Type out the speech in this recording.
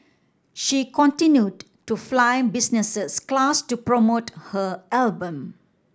she continued to fly business class to promote her album